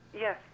Yes